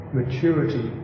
maturity